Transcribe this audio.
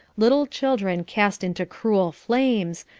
little children cast into cruel flames,